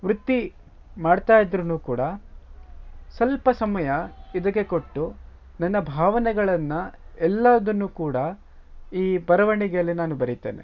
ವೃತ್ತಿ ಮಾಡ್ತಾ ಇದ್ರೂ ಕೂಡ ಸ್ವಲ್ಪ ಸಮಯ ಇದಕ್ಕೆ ಕೊಟ್ಟು ನನ್ನ ಭಾವನೆಗಳನ್ನು ಎಲ್ಲದನ್ನೂ ಕೂಡ ಈ ಬರವಣಿಗೆಯಲ್ಲೇ ನಾನು ಬರಿತೇನೆ